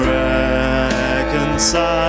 reconcile